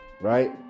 Right